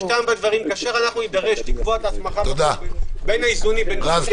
כאשר נידרש לקבוע את ההסמכה בין האיזונים לבין זה